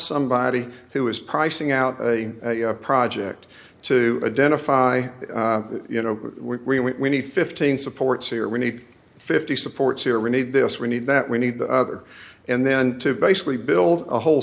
somebody who is pricing out a project to identify you know we need fifteen supports here we need fifty supports here we need this we need that we need the other and then to basically build a whole